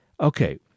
Okay